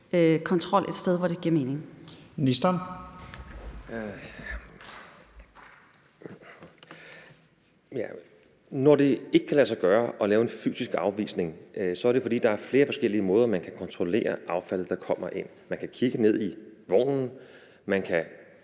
Miljøministeren (Magnus Heunicke): Når det ikke kan lade sig gøre at lave en fysisk afvisning, er det, fordi der er flere forskellige måder, man kan kontrollere affaldet, der kommer ind, på. Man kan kigge ned i vognen, man kan